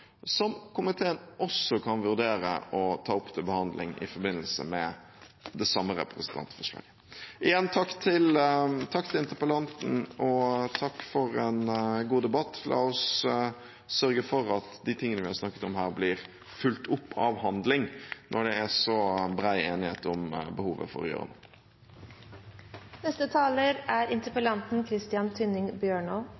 som komiteen også kan vurdere å ta opp til behandling i forbindelse med det samme representantforslaget. Igjen takk til interpellanten og takk for en god debatt. La oss sørge for at det vi har snakket om her, blir fulgt opp av handling når det er så bred enighet om behovet for å gjøre noe. Jeg vil takke alle for at de har deltatt i debatten. Ikke minst er